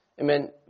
amen